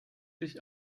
sich